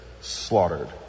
slaughtered